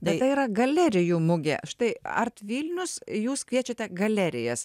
bet tai yra galerijų mugė štai art vilnius jūs kviečiate galerijas